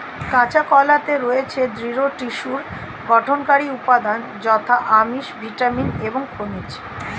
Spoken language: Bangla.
কাঁচা কলাতে রয়েছে দৃঢ় টিস্যুর গঠনকারী উপাদান যথা আমিষ, ভিটামিন এবং খনিজ